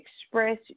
express